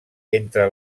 entre